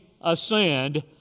ascend